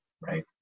right